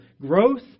growth